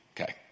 okay